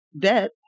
debt